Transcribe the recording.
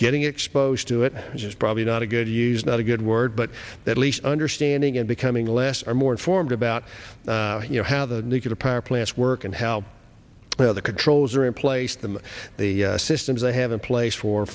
getting exposed to it just probably not a good use not a good word but at least understanding it becoming less or more informed about you know how the nuclear power plants work and how well the controls are in place them the systems they have in place for